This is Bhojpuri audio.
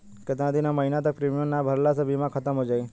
केतना दिन या महीना तक प्रीमियम ना भरला से बीमा ख़तम हो जायी?